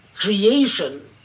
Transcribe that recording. creation